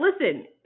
listen